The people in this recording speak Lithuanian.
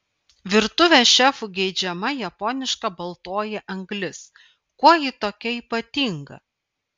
virtuvės šefų geidžiama japoniška baltoji anglis kuo ji tokia ypatinga